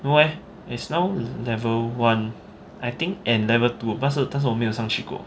no eh is now level one I think and level two 但是但是我没有上去过